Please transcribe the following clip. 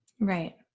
right